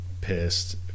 pissed